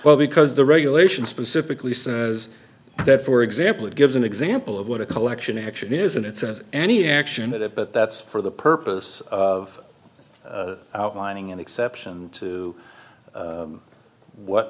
well because the regulation specifically says that for example it gives an example of what a collection action isn't it says any action that it but that's for the purpose of outlining an exception to what